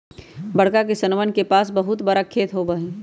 बड़का किसनवन के पास बहुत बड़ा खेत होबा हई